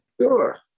Sure